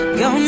go